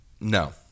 No